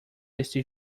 este